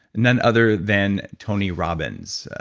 none other than tony robbins.